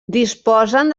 disposen